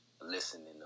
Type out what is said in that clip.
listening